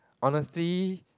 honestly